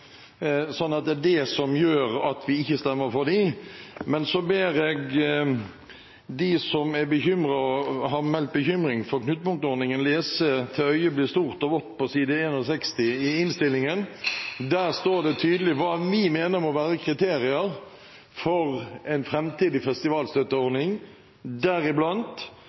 det er det som gjør at vi ikke stemmer for. Så ber jeg dem som har meldt bekymring for knutepunktordningen, om å lese til øyet blir stort og vått på side 61 i innstillingen. Der står det tydelig hva vi mener må være kriterier for en framtidig festivalstøtteordning, deriblant: